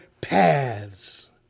paths